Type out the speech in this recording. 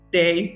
day